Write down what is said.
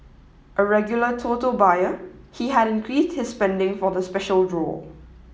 a regular Toto buyer he had increased his spending for the special draw